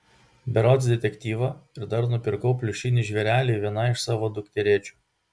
berods detektyvą ir dar nupirkau pliušinį žvėrelį vienai iš savo dukterėčių